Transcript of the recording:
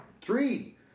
three